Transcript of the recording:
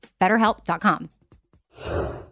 BetterHelp.com